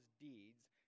deeds